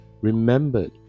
remembered